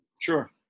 Sure